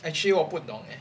actually 我不懂 eh